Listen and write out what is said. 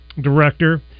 director